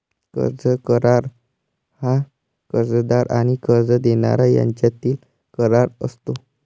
कर्ज करार हा कर्जदार आणि कर्ज देणारा यांच्यातील करार असतो